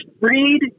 read